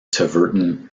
tiverton